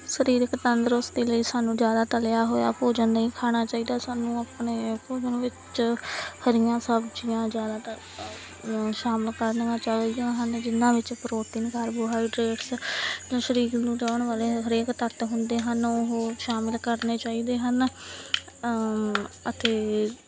ਸਰੀਰਕ ਤੰਦਰੁਸਤੀ ਲਈ ਸਾਨੂੰ ਜ਼ਿਆਦਾ ਤਲਿਆ ਹੋਇਆ ਭੋਜਨ ਨਹੀਂ ਖਾਣਾ ਚਾਹੀਦਾ ਸਾਨੂੰ ਆਪਣੇ ਭੋਜਨ ਵਿੱਚ ਹਰੀਆਂ ਸਬਜ਼ੀਆਂ ਜ਼ਿਆਦਾਤਰ ਸ਼ਾਮਿਲ ਕਰਨੀਆਂ ਚਾਹੀਦੀਆਂ ਹਨ ਜਿੰਨ੍ਹਾਂ ਵਿੱਚ ਪ੍ਰੋਟੀਨ ਕਾਰਬੋਹਾਈਡਰੇਟ ਜੋ ਸਰੀਰ ਨੂੰ ਜਿਉਣ ਵਾਲੇ ਹਰੇਕ ਤੱਤ ਹੁੰਦੇ ਹਨ ਉਹ ਸ਼ਾਮਿਲ ਕਰਨੇ ਚਾਹੀਦੇ ਹਨ ਅਤੇ